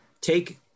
Take